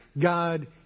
God